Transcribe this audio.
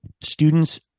students